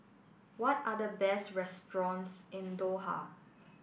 what are the best restaurants in Doha